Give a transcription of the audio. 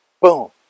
boom